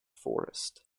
forest